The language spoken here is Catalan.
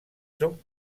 són